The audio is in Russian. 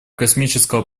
космического